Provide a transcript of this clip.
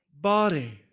body